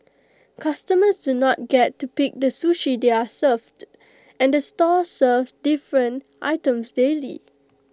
customers do not get to pick the sushi they are served and the store serves different items daily